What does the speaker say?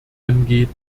angeht